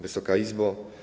Wysoka Izbo!